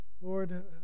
Lord